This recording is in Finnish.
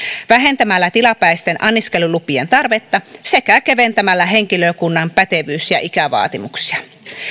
vähentämällä tilapäisten anniskelulupien tarvetta sekä keventämällä henkilökunnan pätevyys ja ikävaatimuksia